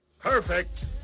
Perfect